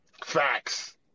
Facts